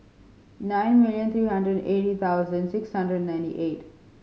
nine million three hundred and eighty thousand six hundred and ninety eight